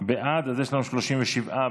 מיקי חיימוביץ' בעד, אז יש לנו 37 בעד.